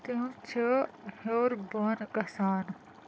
تِم چھِ ہیٚور بوٚن گژھان